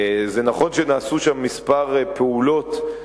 זה נכון שנעשו שם כמה פעולות,